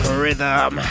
rhythm